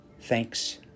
Thanks